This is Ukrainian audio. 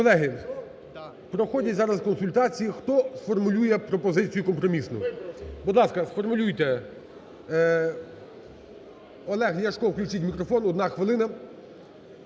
Колеги, проходять зараз консультації. Хто сформулює пропозицію компромісну? Будь ласка, сформулюйте. Олег Ляшко. Включіть мікрофон, 1 хвилина.